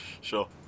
Sure